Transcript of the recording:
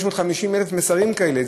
550,000 מסרים כאלה.